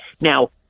Now